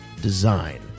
design